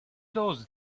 those